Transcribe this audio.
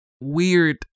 weird